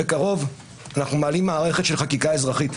בקרוב אנחנו מעלים מערכת של חקיקה אזרחית.